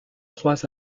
trois